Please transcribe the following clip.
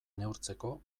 neurtzeko